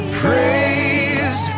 praise